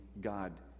God